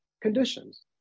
conditions